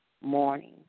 morning